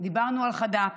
דיברנו על חד"פ,